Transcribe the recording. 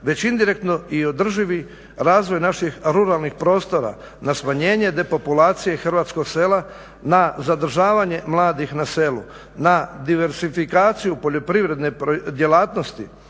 već indirektno i održivi razvoj naših ruralnih prostora, na smanjenje depopulacije hrvatskog sela, na zadržavanje mladih na selu, na diversifikaciju poljoprivredne djelatnosti,